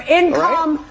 income